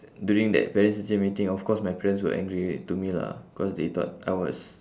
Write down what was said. during that parents teacher meeting of course my parents were angry to me lah cause they thought I was